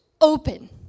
open